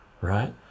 right